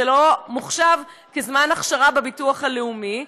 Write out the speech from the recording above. זה לא מוחשב כזמן אכשרה בביטוח לאומי.